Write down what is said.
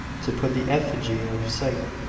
to put the effigy out of sight,